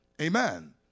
amen